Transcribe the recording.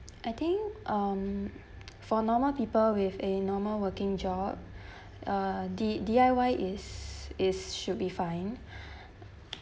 I think um for normal people with a normal working job uh D_D_I_Y is is should be fine